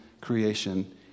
creation